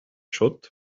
schott